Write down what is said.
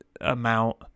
amount